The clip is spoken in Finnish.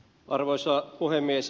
arvoisa puhemies